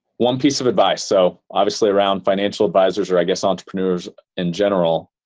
one piece of advice, so obviously around financial advisors or i guess entrepreneurs in general.